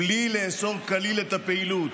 בלי לאסור כליל את הפעילות.